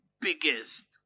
biggest